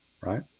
right